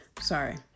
sorry